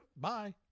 bye